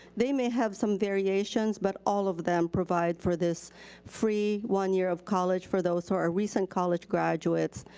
they may have some variations, but all of them provide for this free one year of college for those who are recent college graduates,